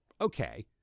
okay